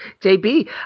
JB